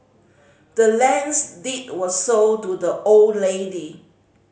the land's deed were sold to the old lady